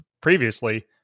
previously